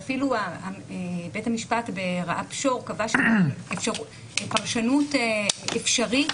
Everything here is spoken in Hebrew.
ואפילו בית המשפט ברע"פ שור קבע פרשנות אפשרית